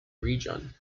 region